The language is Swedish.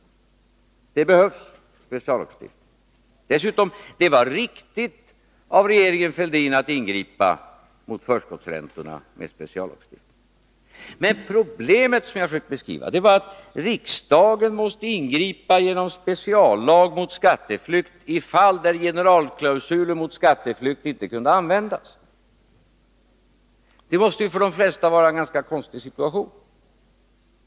Det var dessutom riktigt av regeringen Fälldin att ingripa med speciallagstiftning mot förskottsräntorna. Men problemet som jag försökte beskriva var att riksdagen genom speciallag måste ingripa mot skatteflykt i ett fall där generalklausulen mot skatteflykt inte kunde användas. Det måste för de flesta te sig som en ganska konstig situation.